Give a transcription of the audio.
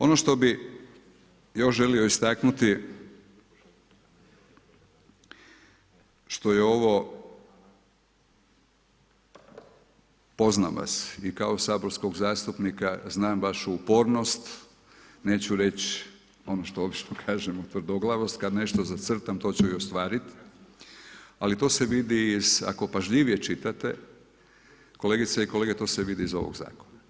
Ono što bih još želio istaknuti, što je ovo, poznam vas i kao saborskog zastupnika znam vašu upornost, neću reći, ono što obično kažemo, tvrdoglavost, kada nešto zacrtam to ću i ostvariti, ali to se vidi, iz ako pažljivije čitate, kolegice i kolege, to se vidi iz ovog zakona.